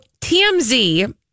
TMZ